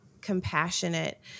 compassionate